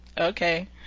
Okay